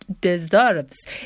deserves